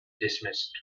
dismissed